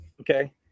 Okay